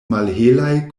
malhelaj